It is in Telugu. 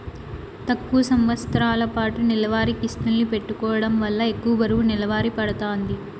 తక్కువ సంవస్తరాలపాటు నెలవారీ కిస్తుల్ని పెట్టుకోవడం వల్ల ఎక్కువ బరువు నెలవారీ పడతాంది